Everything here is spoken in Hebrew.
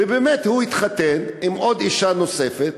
ובאמת הוא התחתן עם אישה נוספת,